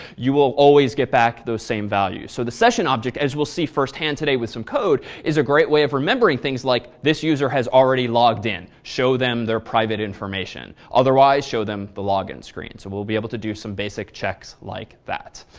you will always get back to those same values. so the session object as we'll see firsthand today with some code, is a great way of remembering things like this user has already logged in. show them their private information, otherwise show them the login screens, so we'll be able to do some basic checks like that.